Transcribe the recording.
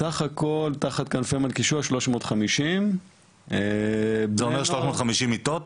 סה"כ תחת כנפי מלכישוע, 350. זה אומר 350 מיטות?